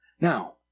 Now